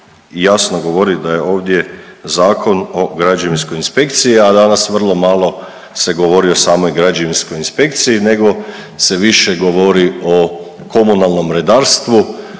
jasno govori da je ovdje Zakon o građevinskoj inspekciji, a danas vrlo malo se govori o samoj građevinskoj inspekciji nego se više govori o komunalnom redarstvu,